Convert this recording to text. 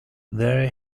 there